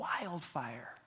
wildfire